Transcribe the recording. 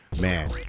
man